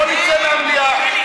בוא נצא מהמליאה.